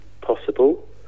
possible